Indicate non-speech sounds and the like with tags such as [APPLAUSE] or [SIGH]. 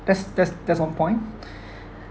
that's that's that's one point [BREATH]